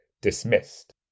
dismissed